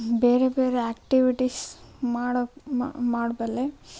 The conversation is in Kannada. ಬೇರೆ ಬೇರೆ ಆಕ್ಟಿವಿಟೀಸ್ ಮಾಡೋಕ್ಕೆ ಮಾಡಬಲ್ಲೆ